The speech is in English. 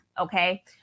okay